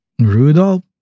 Rudolph